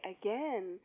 again